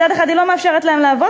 מצד אחד היא לא מאפשרת להם לעבוד,